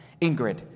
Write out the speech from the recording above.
Ingrid